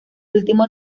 último